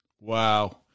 Wow